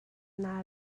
naa